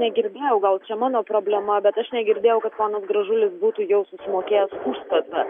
negirdėjau gal čia mano problema bet aš negirdėjau kad ponas gražulis būtų jau susimokėjęs užstatą